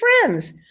friends